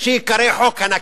שייקרא חוק ה"נכבה".